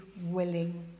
willing